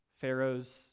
Pharaoh's